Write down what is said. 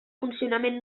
funcionament